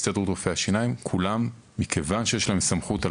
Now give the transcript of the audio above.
הסתדרות רופאי השיניים מכיוון שיש להם סמכות על